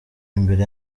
imbere